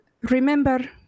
Remember